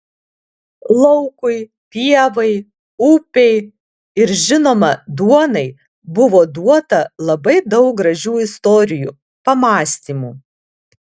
laukui pievai upei ir žinoma duonai buvo duota labai daug gražių istorijų pamąstymų